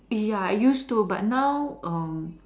ya I used to but now um